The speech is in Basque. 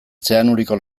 zeanuriko